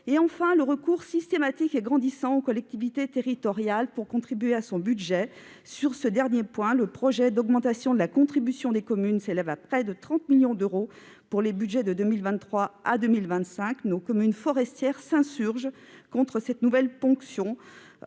Ajoutons-y le recours systématique et grandissant aux collectivités territoriales pour contribuer au budget de l'ONF. Dans le projet gouvernemental, l'augmentation de la contribution des communes s'élèverait à près de 30 millions d'euros pour les budgets de 2023 à 2025. Nos communes forestières s'insurgent contre cette nouvelle ponction,